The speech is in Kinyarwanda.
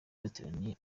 bateraniye